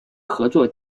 合作